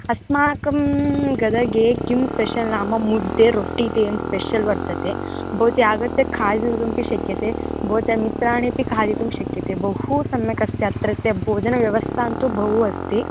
अस्माकं गदगे किं स्पेशल् नाम मुद्देरोट्टि तेन स्पेशल् वर्तते भवती आगत्य खादितुमपि शक्यते भवत्याः मित्राणि अपि खादितुं शक्यते बहु सम्यगस्ति अत्रत्य भोजनव्यवस्था तु बहु अस्ति